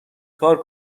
کار